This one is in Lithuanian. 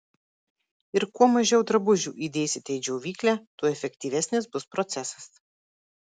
ir kuo mažiau drabužių įdėsite į džiovyklę tuo efektyvesnis bus procesas